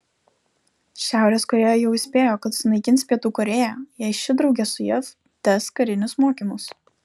šiaurės korėja jau įspėjo kad sunaikins pietų korėją jei ši drauge su jav tęs karinius mokymus